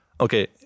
okay